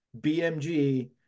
BMG